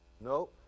No